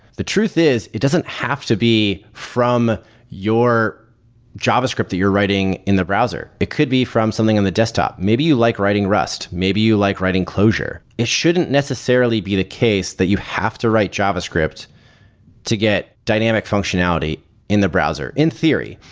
the truth is it doesn't have to be from your javascript that you're writing in the browser. it could be from something in the desktop. maybe you like writing rest. maybe you like writing closure. it shouldn't necessarily be the case that you have to write javascript to get dynamic functionality in the browser in theory.